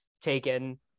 taken